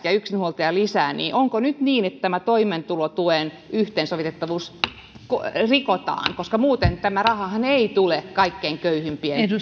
ja yksinhuoltajalisien osalta niin onko nyt niin että tätä toimeentulotuen yhteensovitettavuutta parannetaan koska muutenhan tämä raha ei tule kaikkein köyhimpien